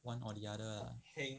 one or the other lah